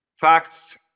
facts